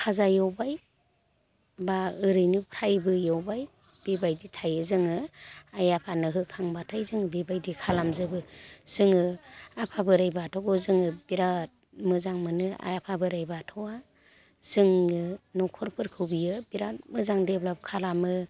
फाजा एवबाय बा ओरैनो फ्राइबो एवबाय बेबायदि थायो जोङो आय आफानो होखांबाथाय जों बेबायदि खालामजोबो जोङो आफा बोराय बाथौखौ जोङो बिराद मोजां मोनो आय आफा बोराय बाथौआ जोंनो न'खरफोरखौ बियो बिराद मोजां देभलप खालामो